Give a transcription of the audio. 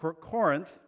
Corinth